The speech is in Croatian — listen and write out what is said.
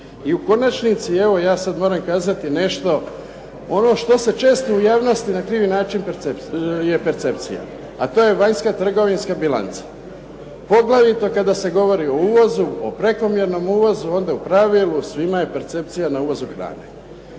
I u konačnici evo ja sad moram kazati nešto, ono što je često u javnosti na krivi način je percepcija a to je vanjska trgovinska bilanca, poglavito kada se govori o uvozu, o prekomjernom uvozu onda u pravilu svima je percepcija na uvozu hrane.